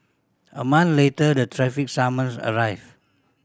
a month later the traffic summons arrived